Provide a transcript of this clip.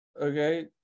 okay